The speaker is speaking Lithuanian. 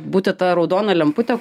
būti ta raudona lemputė